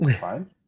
Fine